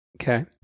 Okay